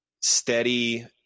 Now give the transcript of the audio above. steady